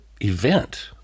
event